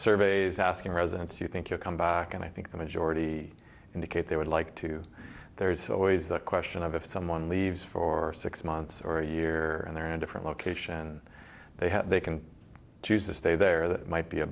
surveys asking residents you think you'll come back and i think the majority indicate they would like to there's always the question of if someone leaves for six months or a year and they're in a different location they have they can choose to stay there that might be a